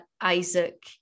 Isaac